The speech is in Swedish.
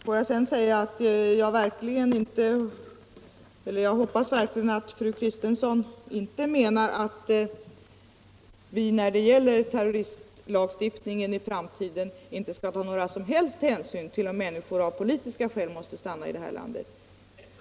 Låt mig sedan säga att jag verkligen hoppas att fru Kristensson inte menar att vi när det gäller terroristlagstiftningen i fram tiden inte skall ta några som helst hänsyn till om människor av politiska skäl måste stanna i vårt land.